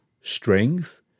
strength